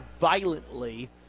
violently